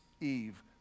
Eve